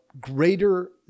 greater